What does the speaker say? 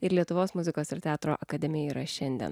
ir lietuvos muzikos ir teatro akademija yra šiandien